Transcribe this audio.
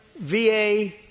VA